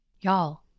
Y'all